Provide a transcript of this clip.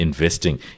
investing